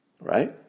Right